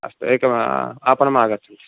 अस्तु एकवारम् आपणम् आगच्छन्तु